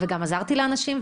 וגם עזרתי לאנשים,